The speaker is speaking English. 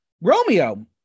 Romeo